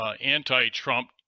anti-Trump